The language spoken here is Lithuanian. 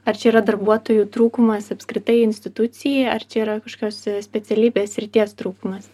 ar čia yra darbuotojų trūkumas apskritai institucijai ar čia yra kažkokios specialybės srities trūkumas